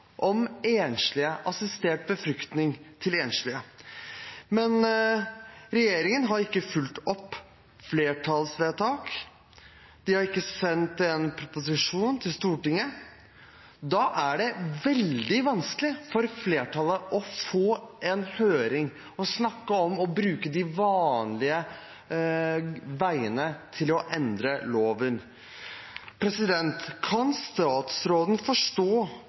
assistert befruktning til enslige. Men regjeringen har ikke fulgt opp flertallets vedtak. De har ikke sendt en proposisjon til Stortinget. Da er det veldig vanskelig for flertallet å få en høring og å snakke om å bruke de vanlige veiene til å endre loven. Kan statsråden forstå